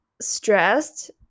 stressed